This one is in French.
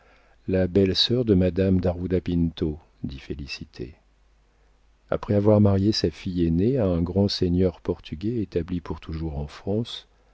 la belle-sœur de madame dajuda pinto dit félicité après avoir marié sa fille aînée à un grand seigneur portugais établi pour toujours en france